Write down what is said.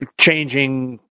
changing